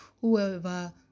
whoever